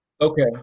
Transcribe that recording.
Okay